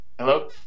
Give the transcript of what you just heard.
Hello